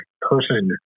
person